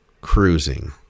cruising